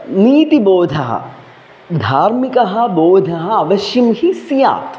नीतिबोधः धार्मिकः बोधः अवश्यं हि स्यात्